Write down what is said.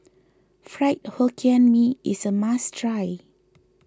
Fried Hokkien Mee is a must try